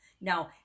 no